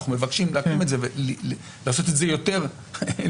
אנחנו מבקשים להקים את זה ולעשות את זה יותר ---.